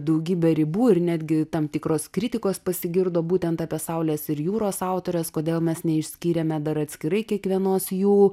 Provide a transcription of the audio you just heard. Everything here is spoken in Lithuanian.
daugybę ribų ir netgi tam tikros kritikos pasigirdo būtent apie saulės ir jūros autores kodėl mes neišskyrėme dar atskirai kiekvienos jų